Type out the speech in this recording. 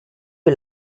you